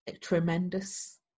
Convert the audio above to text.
tremendous